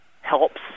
helps